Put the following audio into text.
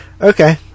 Okay